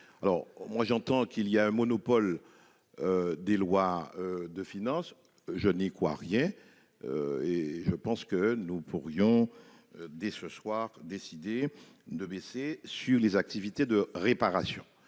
la TVA. J'entends qu'il y a un monopole des lois de finances, mais je n'en crois rien. À mon sens, nous pourrions dès ce soir décider de baisser la TVA sur les activités de réparation.